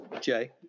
Jay